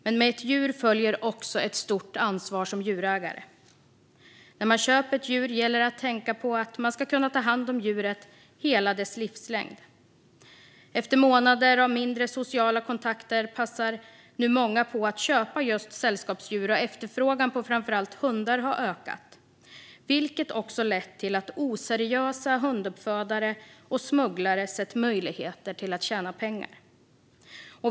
Men med ett djur följer ett stort ansvar som djurägare. När man köper ett djur gäller det att tänka på att man ska kunna ta hand om djuret hela dess livslängd. Efter månader med färre sociala kontakter passar många nu på att köpa sällskapsdjur. Efterfrågan på framför allt hundar har ökat, vilket också har lett till att oseriösa hunduppfödare och smugglare sett möjligheter till att tjäna pengar.